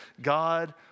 God